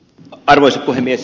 arvoisa puhemies